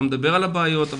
אתה מדבר על הבעיות,